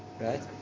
right